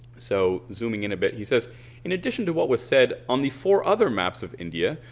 so zooming in a bit he says in addition to what was said on the four other maps of india,